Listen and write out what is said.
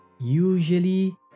usually